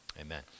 amen